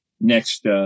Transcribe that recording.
next